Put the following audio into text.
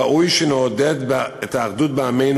ראוי שנעודד את האחדות בעמנו.